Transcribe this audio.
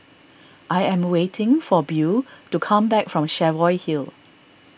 I am waiting for Beau to come back from Cheviot Hill